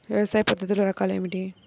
వ్యవసాయ పద్ధతులు రకాలు ఏమిటి?